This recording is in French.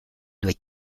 doit